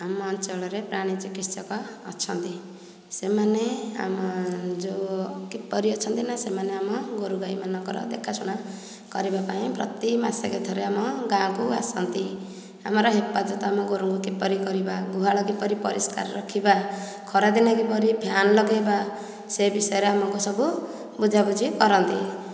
ଆମ ଅଞ୍ଚଳରେ ପ୍ରାଣୀ ଚିକିତ୍ସକ ଅଛନ୍ତି ସେମାନେ ଆମ ଯେଉଁ କିପରି ଅଛନ୍ତି ନା ସେମାନେ ଆମ ଗୋରୁ ଗାଈ ମାନଙ୍କର ଦେଖାଶୁଣା କରିବା ପାଇଁ ପ୍ରତି ମାସ କୁ ଥରେ ଆମ ଗାଁକୁ ଆସନ୍ତି ଆମର ହେପାଜତ ଆମ ଗୋରୁଙ୍କୁ କିପରି କରିବା ଗୁହାଳ କିପରି ପରିଷ୍କାର ରଖିବା ଖରାଦିନେ କିପରି ଫ୍ୟାନ୍ ଲଗାଇବା ସେ ବିଷୟରେ ଆମକୁ ସବୁ ବୁଝାବୁଝି କରନ୍ତି